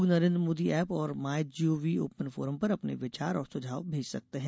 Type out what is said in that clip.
लोग नरेन्द्र मोदी एप और my G O V open forum पर अपने विचार और सुझाव भेज सकते हैं